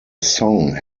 song